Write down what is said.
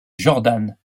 jordan